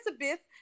Elizabeth